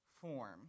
form